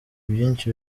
byinshi